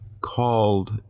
called